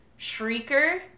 Shrieker